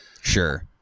Sure